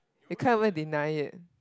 you can't even deny it